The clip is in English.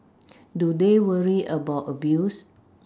do they worry about abuse